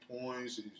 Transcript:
points